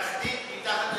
תחתית מתחת לדיזנגוף,